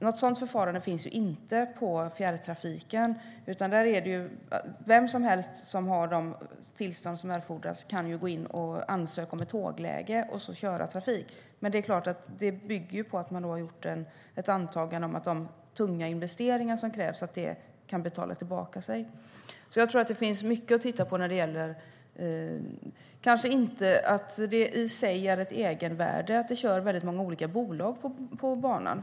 Något sådant förfarande finns inte inom fjärrtrafiken, utan där kan vem som helst som har erforderliga tillstånd gå in och ansöka om ett tågläge och sedan köra trafik. Men det bygger på att man har gjort antagandet att de tunga investeringar som krävs betalar sig. Det finns mycket att titta på. Det har kanske inte något egenvärde i sig att det kör många olika bolag på banan.